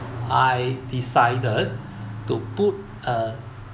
I decided to put a